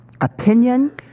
opinion